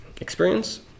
experience